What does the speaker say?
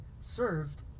served